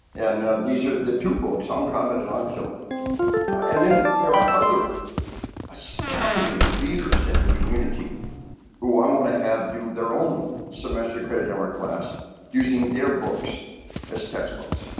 and and these are the two books, on combat and on killing and then there are other astounding leaders in the community who i want to have do their own semester credit in our class using their books as textbooks.